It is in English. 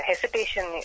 hesitation